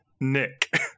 Nick